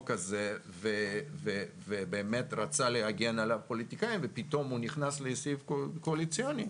הזה ובאמת רצה להגן על הפוליטיקאים ופתאום הוא נכנס לסעיף קואליציוני,